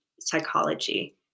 psychology